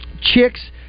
chicks